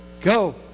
Go